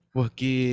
Porque